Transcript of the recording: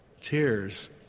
tears